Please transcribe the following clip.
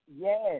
Yes